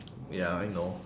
ya I know